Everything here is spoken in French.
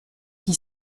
qui